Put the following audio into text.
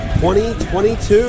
2022